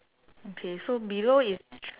okay so below is